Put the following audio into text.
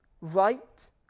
right